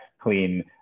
clean